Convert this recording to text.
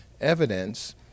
evidence